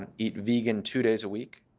and eat vegan two days a week.